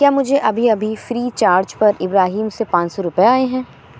کیا مجھے ابھی ابھی فری چارج پر ابراہیم سے پانچ سو روپئے آئے ہیں